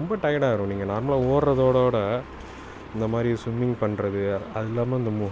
ரொம்ப டயர்டாக ஆகிரும் நீங்கள் நார்மலாக ஓடுறதோடோட இந்தமாதிரி சும்மிங் பண்ணுறது அதுவும் இல்லாமல் இந்த மொ